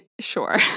sure